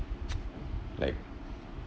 like